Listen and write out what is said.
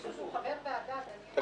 אני אומרת את זה עכשיו כי אני